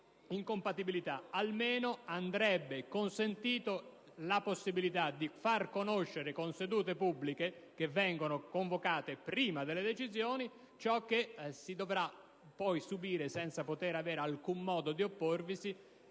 incompatibilità, almeno andrebbe consentita la possibilità di far conoscere, con sedute pubbliche, da convocarsi prima delle decisioni, ciò che si dovrà poi subire senza avere alcun modo di opporvisi,